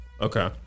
Okay